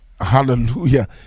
hallelujah